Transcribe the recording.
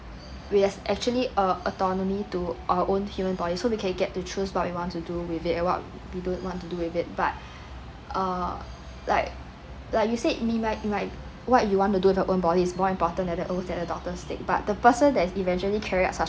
we've actually uh autonomy to our own human body so we can get to choose what we want to do with it and what we don't want to do with it but uh like like you said we might might what you want to with your own body is more important than the oaths that the doctors take but the person that's eventually carry out such